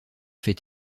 fait